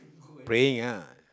praying ah